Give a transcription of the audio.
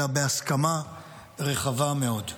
אלא בהסכמה רחבה מאוד.